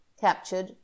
captured